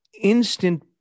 instant